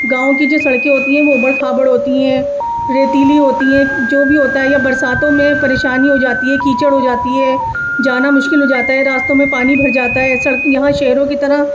گاؤں کی جو سڑکیں ہوتی ہیں وہ اوبڑ کھابڑ ہوتی ہیں ریتیلی ہوتی ہیں جو بھی ہوتا ہے یا برساتوں میں پریشانی ہو جاتی ہے کیچڑ ہو جاتی ہے جانا مشکل ہو جاتا ہے راستوں میں پانی بھر جاتا ہے یہاں شہروں کی طرح